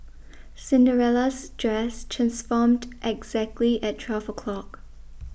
Cinderella's dress transformed exactly at twelve o'clock